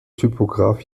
typograf